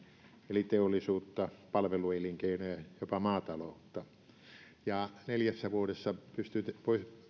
eli teollisuutta palveluelinkeinoja ja jopa maataloutta neljässä vuodessa pystytään